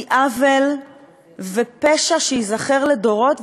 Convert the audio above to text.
היא עוול ופשע שייזכרו לדורות,